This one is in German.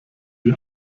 die